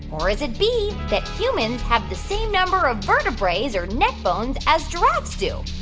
or is it b, that humans have the same number of vertebraes or neck bones as giraffes do?